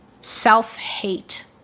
self-hate